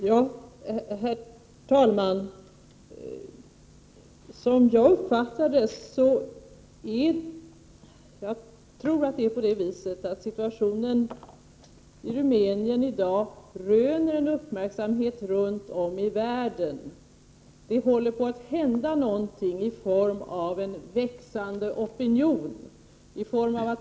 Herr talman! Jag tror att det är på det viset att situationen i Rumänien i dag röner uppmärksamhet runt om i världen. Det håller på att hända någonting i form av växande opinion.